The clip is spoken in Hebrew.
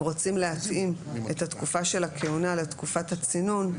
אם רוצים להתאים את התקופה של הכהונה לתקופת הצינון,